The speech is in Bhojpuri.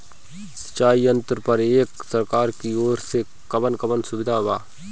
सिंचाई यंत्रन पर एक सरकार की ओर से कवन कवन सुविधा बा?